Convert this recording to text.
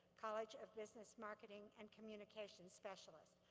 college of business, marketing, and communications specialists.